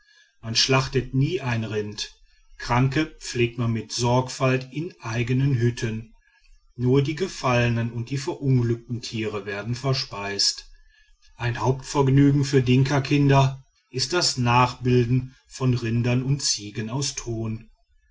man schlachtet nie ein rind kranke pflegt man mit sorgfalt in eigenen hütten nur die gefallenen und die verunglückten tiere werden verspeist ein hauptvergnügen für dinkakinder ist das nachbilden von rindern und ziegen aus ton